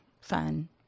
fun